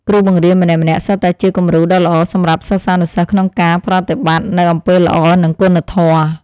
គ្រូបង្រៀនម្នាក់ៗសុទ្ធតែជាគំរូដ៏ល្អសម្រាប់សិស្សានុសិស្សក្នុងការប្រតិបត្តិនូវអំពើល្អនិងគុណធម៌។